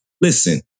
Listen